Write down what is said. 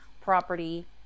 property